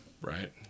right